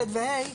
ד' ו-ה'.